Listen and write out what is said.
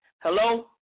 Hello